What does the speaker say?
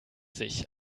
sich